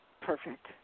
Perfect